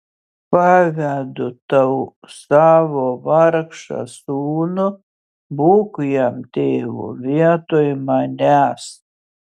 pavedu tau savo vargšą sūnų būk jam tėvu vietoj manęs